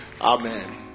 Amen